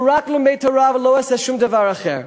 הוא רק לומד תורה ולא עושה שום דבר אחר.